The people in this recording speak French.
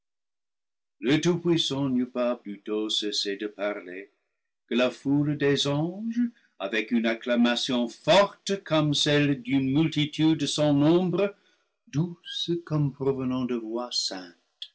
le tout-puissant n'eut pas plutôt cessé de parler que la foule des anges avec une acclamation forte comme celle d'une multitude sans nombre douce comme provenant de voix